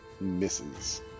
misses